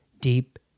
deep